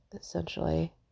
Essentially